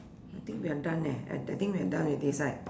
I think we are done eh I I think we are done with this right